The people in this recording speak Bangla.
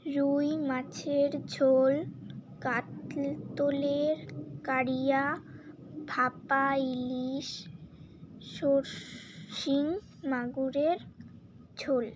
রুই মাছের ঝোল কাতলার কালিয়া ভাপা ইলিশ সর্ষ শিঙ মাগুরের ঝোল